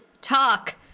talk